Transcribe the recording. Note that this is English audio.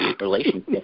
relationship